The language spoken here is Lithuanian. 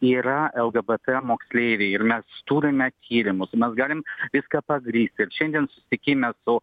yra lgbt moksleiviai ir mes turime tyrimus mes galim viską padaryt ir šiandien susitikime su